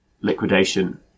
liquidation